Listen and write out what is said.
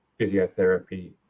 physiotherapy